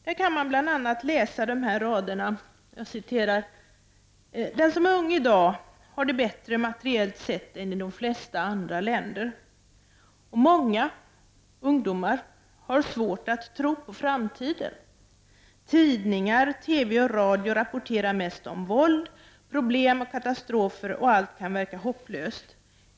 Där kan man läsa bl.a. dessa rader: ”Den som är ung i Sverige idag har det bättre materiellt sett än i de flesta andra länder.—-—-- Många har svårt att tro på framtiden. Tidningar och teve och radio rapporterar mest om våld, problem och katastrofer och allt kan verka hopplöst.